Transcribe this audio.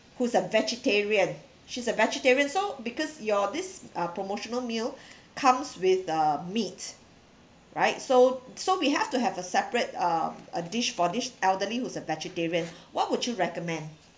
who's a vegetarian she's a vegetarian so because your this uh promotional meal comes with the meat right so so we have to have a separate uh a dish for this elderly who's a vegetarian what would you recommend